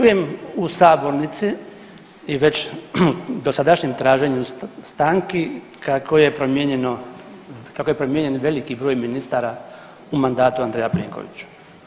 Čujem u sabornici i već dosadašnjim traženjem stanki kako je promijenjen veliki broj ministara u mandatu Andreja Plenkovića.